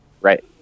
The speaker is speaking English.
right